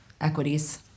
Equities